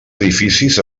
edificis